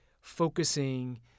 focusing